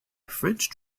french